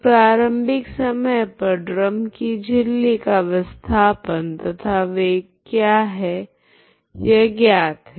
तो प्रारम्भिक समय पर ड्रम की झिल्ली का विस्थापन तथा वेग क्या है यह ज्ञात है